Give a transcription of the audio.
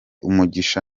umugisha